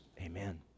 Amen